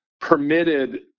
permitted